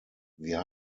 wir